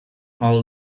all